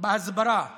בהסברה הישראלית: